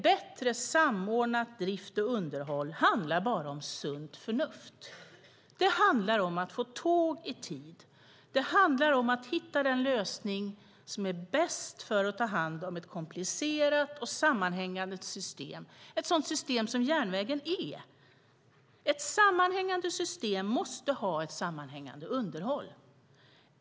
Bättre samordnad drift och underhåll handlar bara om sunt förnuft. Det handlar om att få tåg i tid. Det handlar om att hitta den lösning som är bäst för att ta hand om ett komplicerat och sammanhängande system - ett sådant system som järnvägen är. Ett sammanhängande system måste ha ett sammanhängande underhåll.